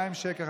200 שקל,